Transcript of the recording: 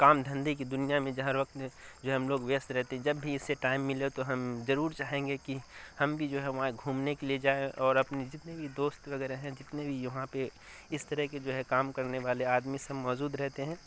کام دھندھے کی دنیا میں جو ہر وقت جو ہے ہم لوگ ویست رہتے ہیں جب بھی اس سے ٹائم ملے تو ہم ضرور چاہیں گے کہ ہم بھی جو ہے وہاں گھومنے کے لیے جائیں اور اپنے جتنے بھی دوست وغیرہ ہیں جتنے بھی وہاں پہ اس طرح کے جو ہے کام کرنے والے آدمی سب موجود رہتے ہیں